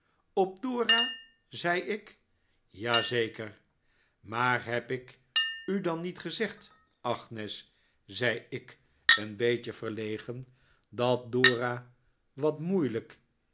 op dora zei ik ja zeker maar heb ik u dan niet gezegd agnes zei ik een beetje verlegen dat dora wat moeilijk